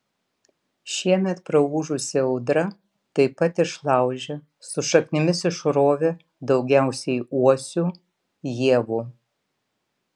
šiemet praūžusi audra taip pat išlaužė su šaknimis išrovė daugiausiai uosių ievų